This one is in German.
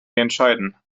entscheiden